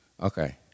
okay